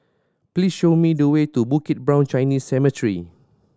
please show me the way to Bukit Brown Chinese Cemetery